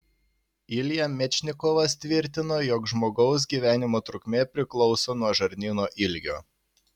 ilja mečnikovas tvirtino jog žmogaus gyvenimo trukmė priklauso nuo žarnyno ilgio